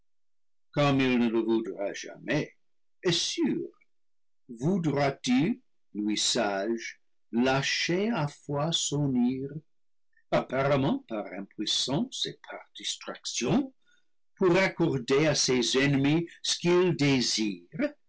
sûr voudra-t-il lui sage lâchera fois son ire apparemment par impuissance et par distraction pour accorder à ses ennemis ce qu'ils désirent